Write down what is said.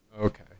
okay